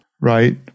right